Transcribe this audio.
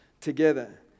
together